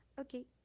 Okay